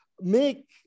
make